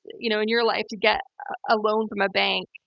you know, in your life to get a loan from a bank,